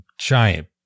giant